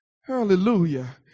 Hallelujah